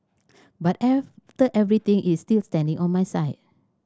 but after everything is still standing on my side